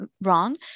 wrong